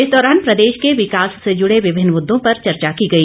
इस दौरान प्रदेश के विकास से जुड़े विभिन्न मुददों पर चर्चा की गई